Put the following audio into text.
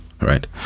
right